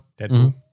Deadpool